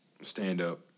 stand-up